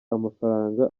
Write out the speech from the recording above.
amafaranga